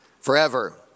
forever